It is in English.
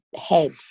head